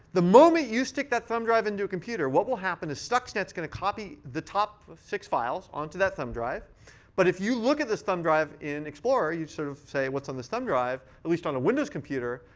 the moment you stick that thumb drive into a computer, what will happen is stuxnet's going to copy the top six files onto that thumb. but if you look at this thumb drive in explorer, you sort of say, what's on this thumb drive, at least on a windows computer,